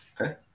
Okay